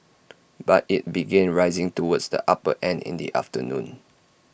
but IT began rising towards the upper end in the afternoon